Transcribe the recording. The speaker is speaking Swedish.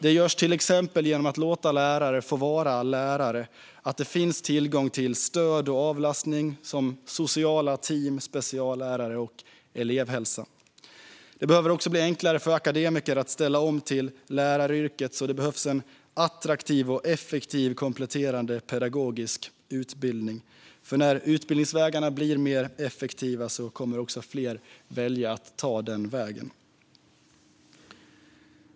Det görs till exempel genom att låta lärare få vara lärare och att det finns tillgång till stöd och avlastning, som sociala team, speciallärare och elevhälsa. Det behöver även bli enklare för akademiker att ställa om till läraryrket. Därför behöver de erbjudas en attraktiv och effektiv kompletterande pedagogisk utbildning, för när utbildningsvägarna blir mer effektiva kommer också fler att välja att ta den vägen.